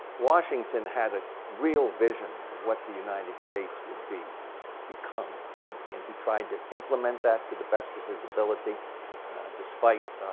washington had a real vision of what the united states would become, and and he tried to implement that to the best of his ability despite